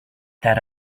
that